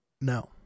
no